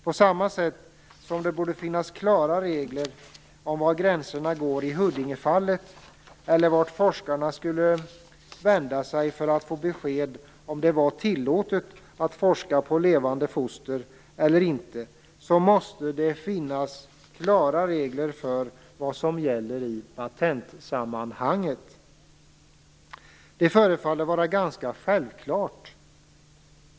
På samma sätt som det borde finnas klara regler för var gränserna går i Huddingefallet eller vart forskarna skulle vända sig för att få besked om det var tillåtet att forska på levande foster eller inte, måste det finnas klara regler för vad som gäller i patentsammanhang. Det förefaller vara ganska självklart.